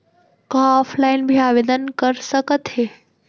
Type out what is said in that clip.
का ऑफलाइन भी आवदेन कर सकत हे?